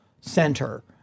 center